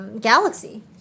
Galaxy